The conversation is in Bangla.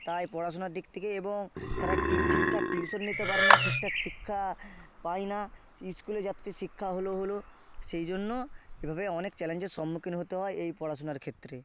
তাই পড়াশোনার দিক থেকে এবং তারা টি ঠিকঠাক টিউশন নিতে পারে না ঠিকঠাক শিক্ষা পায় না স্কুলে যা শিক্ষা হলো হলো সেই জন্য এভাবে অনেক চ্যালেঞ্জের সম্মুখীন হতে হয় এই পড়াশোনার ক্ষেত্রে